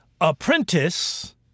apprentice